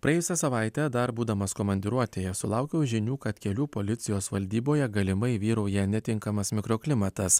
praėjusią savaitę dar būdamas komandiruotėje sulaukiau žinių kad kelių policijos valdyboje galimai vyrauja netinkamas mikroklimatas